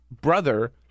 brother